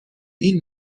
این